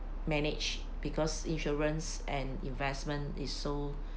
manage because insurance and investment is so